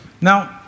Now